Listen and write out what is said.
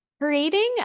creating